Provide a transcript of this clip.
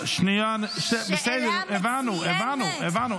לא, היא בחרה נושא שבו היא פונה אלינו.